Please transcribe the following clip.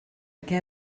què